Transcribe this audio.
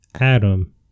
Adam